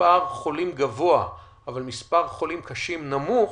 מספר חולים גבוה אבל מספר חולים קשים נמוך,